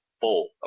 full